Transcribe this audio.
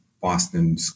Boston